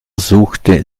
suchte